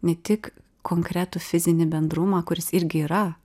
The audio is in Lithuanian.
ne tik konkretų fizinį bendrumą kuris irgi yra